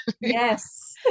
yes